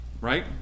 right